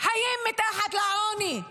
חיים מתחת לקו העוני,